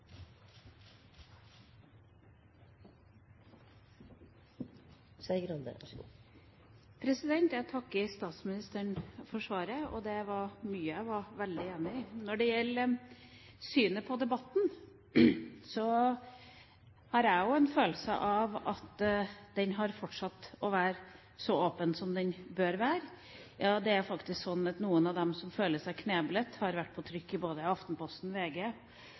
debatten, har jeg også en følelse av at den har fortsatt å være så åpen som den bør være. Det er faktisk slik at noen av dem som føler seg kneblet, har vært på trykk i både Aftenposten, VG